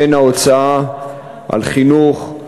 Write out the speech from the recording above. כן ההוצאה על חינוך,